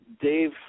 Dave